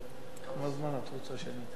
כמה זמן את רוצה שאני אתן לך?